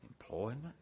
employment